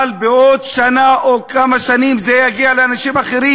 אבל בעוד שנה או כמה שנים זה יגיע לאנשים אחרים.